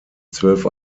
zwölf